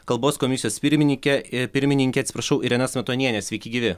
kalbos komisijos pirmininkė pirmininke atsiprašau irena smetonienė sveiki gyvi